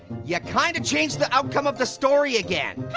yeah kind of changed the outcome of the story again.